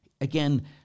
Again